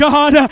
God